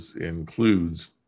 includes